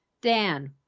Dan